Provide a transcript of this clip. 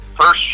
First